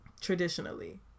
traditionally